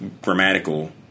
Grammatical